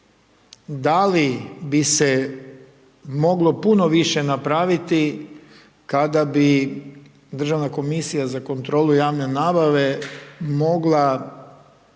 da li bi se moglo puno više napraviti kad bi Državna komisija za kontrolu javne nabave mogla